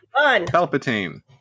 Palpatine